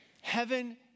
Heaven